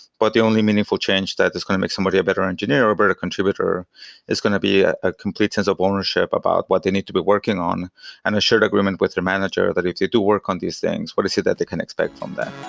but the only meaningful change that is going to make somebody a better engineer or a better contributor is going to be a a complete sense of ownership about what they need to be working on and a shared agreement with their manager that if they do work on these things, what is it that they can expect from that?